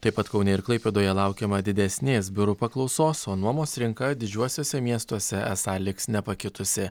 taip pat kaune ir klaipėdoje laukiama didesnės biurų paklausos o nuomos rinka didžiuosiuose miestuose esą liks nepakitusi